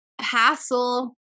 hassle